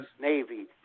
Navy